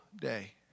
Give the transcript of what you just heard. day